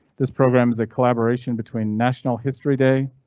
this program is a collaboration between national history day.